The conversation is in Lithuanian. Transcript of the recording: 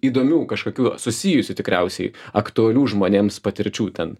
įdomių kažkokių susijusių tikriausiai aktualių žmonėms patirčių ten